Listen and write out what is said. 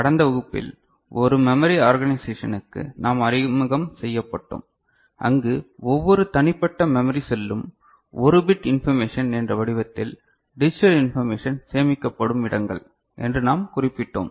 கடந்த வகுப்பில் ஒரு மெமரி ஆர்கனைசேஷனுக்கு நாம் அறிமுகம் செய்யப்பட்டோம் அங்கு ஒவ்வொரு தனிப்பட்ட மெமரி செல்லும் ஒரு பிட் இன்பர்மேஷன் என்ற வடிவத்தில் டிஜிட்டல் இன்பர்மேஷன் சேமிக்கப்படும் இடங்கள் என்று நாம் குறிப்பிட்டோம்